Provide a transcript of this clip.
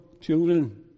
children